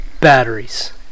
batteries